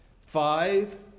five